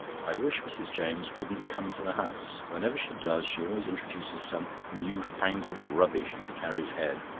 i wish mrs. james wouldn't come to the house. whenever she does she always introduces some new-fandangled rubbish into carrie's head.